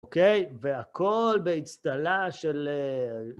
אוקיי? והכל באצטלה של...